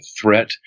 threat